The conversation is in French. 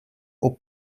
aux